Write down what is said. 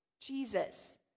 Jesus